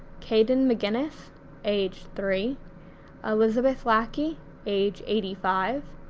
kayden mcguinness age three elizabeth lackey age eighty five,